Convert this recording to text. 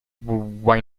why